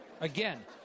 again